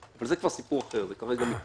זה כבר סיפור אחר, זה כרגע מתנהל.